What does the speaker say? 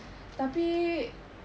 tapi